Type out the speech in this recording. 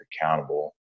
accountable